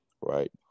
right